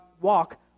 walk